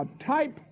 type